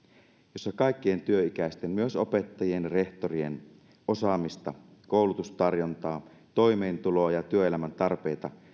jossa kaikkien työikäisten myös opettajien ja rehtorien osaamista koulutustarjontaa toimeentuloa ja työelämän tarpeita